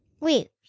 Wait